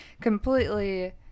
completely